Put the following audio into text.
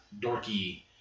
dorky